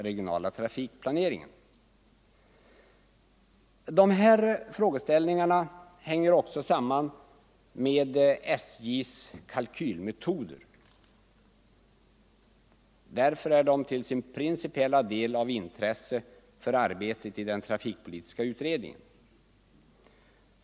Därför är frågeställningarna till sin principiella del av intresse för arbetet i den trafikpolitiska utredningen.